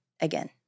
Again